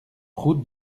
route